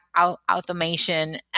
automation